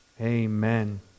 Amen